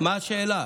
השאלה?